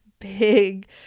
big